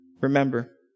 Remember